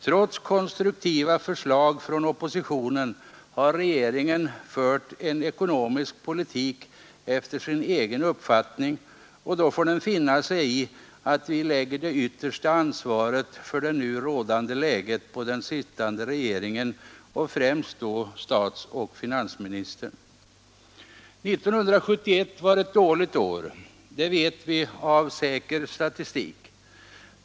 Trots konstruktiva förslag från oppositionen har regeringen fört en ekonomisk politik efter sin egen uppfattning, och då får den finna sig i att vi lägger det yttersta ansvaret för det nu rådande läget på den sittande regeringen och främst då på statsoch finansminist 1971 var ett dåligt år, det vet vi av säker statistik.